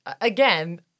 again